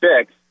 six